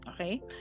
okay